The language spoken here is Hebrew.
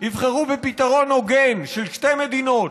יבחרו בפתרון הוגן של שתי מדינות,